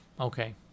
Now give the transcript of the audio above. okay